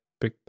big